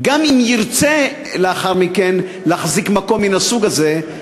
גם אם ירצו לאחר מכן להחזיק מקום מן הסוג הזה,